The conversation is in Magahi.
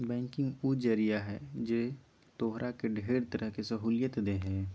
बैंकिंग उ जरिया है जे तोहरा के ढेर तरह के सहूलियत देह हइ